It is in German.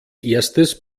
erstes